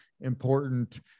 important